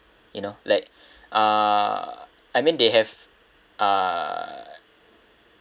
you know like uh I mean they have uh